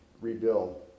rebuild